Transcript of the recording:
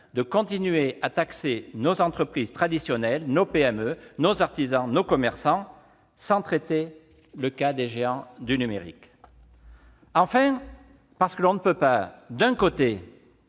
de continuer à taxer nos entreprises traditionnelles, nos PME, nos artisans et nos commerçants sans traiter le cas des géants du numérique ! Enfin, on ne peut pas, d'un côté,